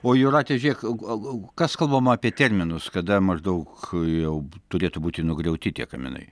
o jūratė žiūrėk kas kalbama apie terminus kada maždaug jau turėtų būti nugriauti tie kaminai